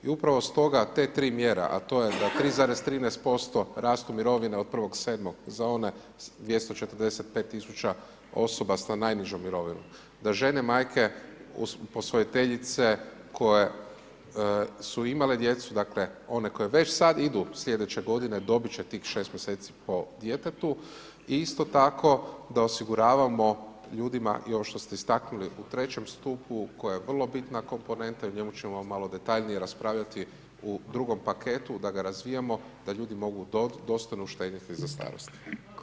I upravo stoga te tri mjere, a to je da 3,13% rastu mirovine od 1.7. za one 245.000 osoba sa najnižom mirovinom, da žene majke, posvojiteljice koje su imale djecu, dakle one koje već sad idu slijedeće godine dobit će tih 6 mjeseci po djetetu isto tako da osiguravamo ljudima i ovo što ste istaknuli u trećem stupu koje je vrlo bitna komponenta i o njemu ćemo malo detaljnije raspravljati u drugom paketu da ga razvijamo da ljudi mogu dostojno štedjeti za starost.